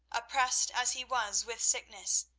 oppressed as he was with sickness,